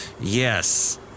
Yes